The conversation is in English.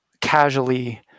casually